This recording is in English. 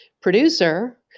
producer